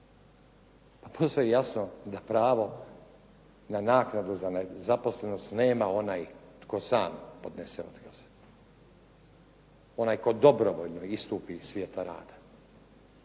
Pa posve je jasno da pravo na naknadu za nezaposlenost nema onaj tko sam podnese otkaz, onaj tko dobrovoljno istupi iz svijeta rada.